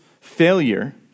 failure